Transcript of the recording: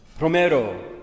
Romero